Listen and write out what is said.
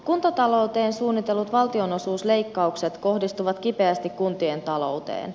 kuntatalouteen suunnitellut valtionosuusleikkaukset kohdistuvat kipeästi kuntien talouteen